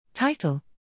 Title